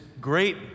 great